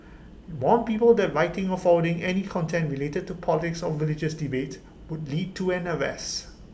IT warned people that writing or forwarding any content related to politics or religious debates would lead to an arrest